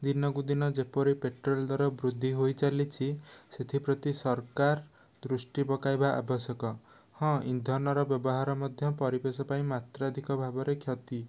ଦିନକୁ ଦିନ ଯେପରି ପେଟ୍ରୋଲ୍ ଦର ବୃଦ୍ଧି ହୋଇଚାଲିଛି ସେଥିପ୍ରତି ସରକାର ଦୃଷ୍ଟି ପକାଇବା ଆବଶ୍ୟକ ହଁ ଇନ୍ଧନର ବ୍ୟବହାର ମଧ୍ୟ ପରିବେଶ ପାଇଁ ମାତ୍ରାଧିକ ଭାବେ କ୍ଷତି